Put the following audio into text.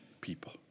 people